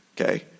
okay